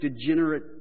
degenerate